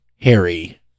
harry